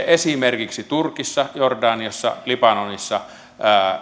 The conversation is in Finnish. esimerkiksi turkissa jordaniassa ja libanonissa